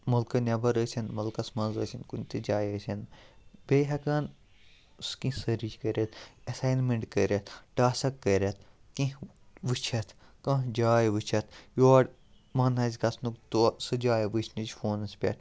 مُلکہٕ نٮ۪بر ٲسِن مُلکَس منٛز ٲسِن کُنہِ تہِ جایہِ ٲسِن بیٚیہِ ہٮ۪کان کینٛہہ سٔرٕچ کٔرِتھ ایٚساینمنٛٹ کٔرِتھ ٹاسک کٔرِتھ کینٛہہ وٕچھِتھ کانٛہہ جاے وٕچھتھ یور من آسہِ گژھنُک سُہ جاے وٕچھنٕچ فونَس پٮ۪ٹھ